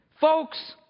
folks